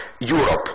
Europe